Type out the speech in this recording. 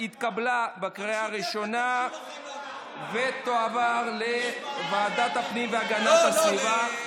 התקבלה בקריאה הראשונה ותועבר לוועדת הפנים והגנת הסביבה.